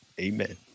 Amen